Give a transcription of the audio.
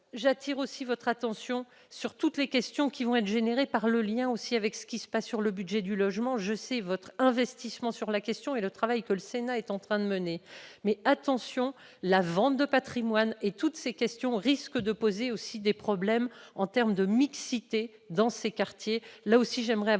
j'attire votre attention, monsieur le ministre, sur les questions qui ne manqueront pas de se poser en lien avec ce qui se passe sur le budget du logement. Je sais votre investissement sur cette question et le travail que le Sénat est en train de mener, mais, attention, la vente de patrimoine et toutes ces questions risquent de poser des problèmes en termes de mixité dans ces quartiers.